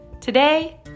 Today